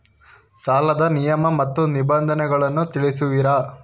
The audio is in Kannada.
ಸಾಲದ ನಿಯಮ ಮತ್ತು ನಿಬಂಧನೆಗಳನ್ನು ತಿಳಿಸುವಿರಾ?